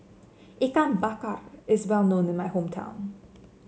Ikan Bakar is well known in my hometown